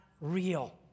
real